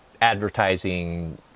advertising